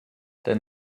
than